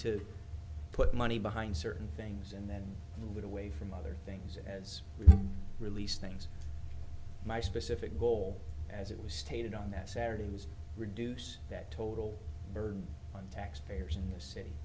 to put money behind certain things in that little way from other things as we release things my specific goal as it was stated on that saturday was reduce that total burden on taxpayers in the city